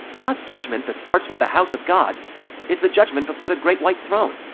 god's judgment that starts with the house of god is the judgment before the great white throne!